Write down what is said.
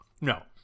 No